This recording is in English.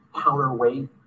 counterweight